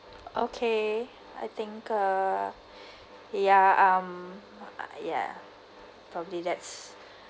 okay I think uh ya um ya probably that's